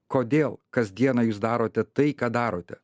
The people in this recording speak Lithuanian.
kodėl kasdieną jūs darote tai ką darote